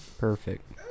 Perfect